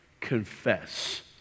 confess